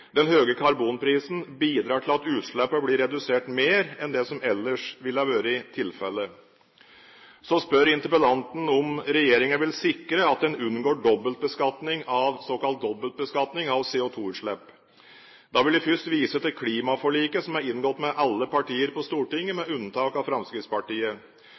Den høye karbonprisen bidrar til at utslippene blir redusert mer enn det som ellers ville ha vært tilfelle. Så spør interpellanten om regjeringen vil sikre at man unngår såkalt dobbeltbeskatning av CO2-utslipp. Da vil jeg først vise til klimaforliket som er inngått mellom alle partier på Stortinget, med unntak av Fremskrittspartiet.